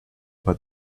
but